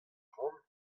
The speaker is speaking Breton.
ran